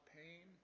pain